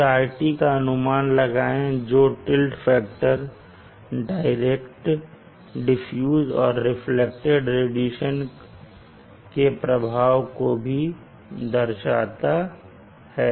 फिर rT का अनुमान लगाएँ जो टिल्ट फैक्टर डायरेक्ट डिफ्यूज्ड और रिफ्लेक्टेड रेडिएशन के प्रभाव को भी दर्शाता है